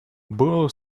было